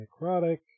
necrotic